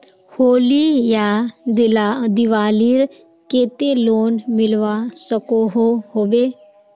होली या दिवालीर केते लोन मिलवा सकोहो होबे?